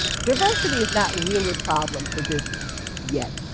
diversity is not really a problem for business yet.